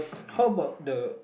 top of the